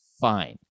fine